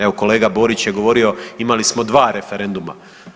Evo, kolega Borić je govorio, imali smo 2 referenduma.